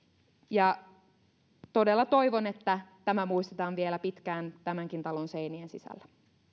todella toivon että tämä muistetaan vielä pitkään tämänkin talon seinien sisällä